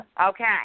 Okay